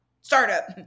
Startup